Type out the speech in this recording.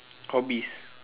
hobbies